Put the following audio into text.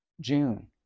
june